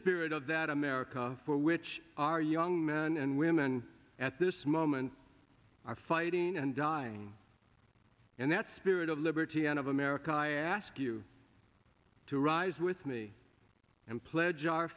spirit of that america for which our young men and women at this moment are fighting and dying and that spirit of liberty and of america i ask you to rise with me and pledge our